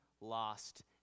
lost